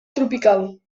tropical